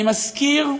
אני מזכיר,